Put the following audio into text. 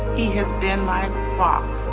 he has been my rock.